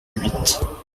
huit